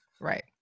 Right